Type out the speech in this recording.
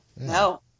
no